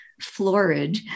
florid